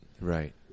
right